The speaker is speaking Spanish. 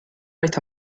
esta